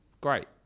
great